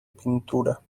pintura